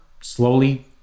slowly